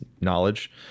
knowledge